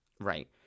Right